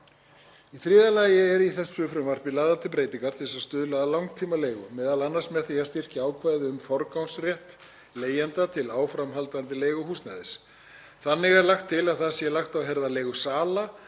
Í þriðja lagi eru í frumvarpinu lagðar til breytingar til þess að stuðla að langtímaleigu, m.a. með því að styrkja ákvæði um forgangsrétt leigjenda til áframhaldandi leigu húsnæðis. Þannig er lagt til að það sé lagt á herðar leigusala